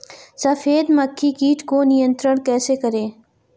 सफेद मक्खी कीट को नियंत्रण कैसे करें?